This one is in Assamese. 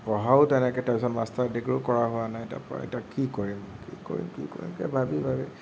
পঢ়াও তেনেকে তাৰ পিছত মাষ্টাৰ ডিগ্ৰীও কৰা হোৱা নাই তাৰপৰা এতিয়া কি কৰিম কি কৰিম কি কৰিম কে ভাবি ভাবি